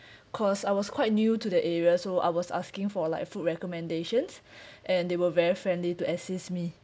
cause I was quite new to the area so I was asking for like food recommendations and they were very friendly to assist me